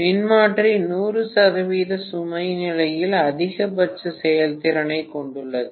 மின்மாற்றி 100 சதவிகித சுமை நிலையில் அதிகபட்ச செயல்திறனைக் கொண்டுள்ளது